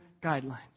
guidelines